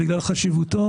בגלל חשיבות,